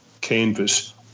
canvas